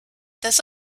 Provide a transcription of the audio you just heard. this